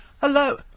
Hello